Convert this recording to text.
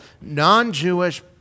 non-Jewish